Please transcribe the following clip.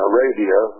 Arabia